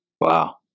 Wow